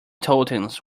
totems